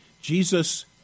Jesus